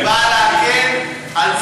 היא באה להגן על תושבי,